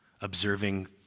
observing